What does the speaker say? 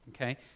okay